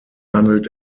handelt